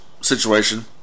situation